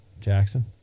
jackson